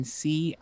see